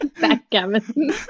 backgammon